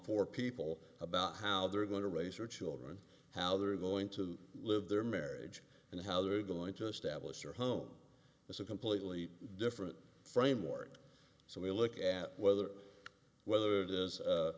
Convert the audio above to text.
poor people about how they're going to raise their children how they're going to live their marriage and how they're going to establish your home it's a completely different framework so we look at whether whether it is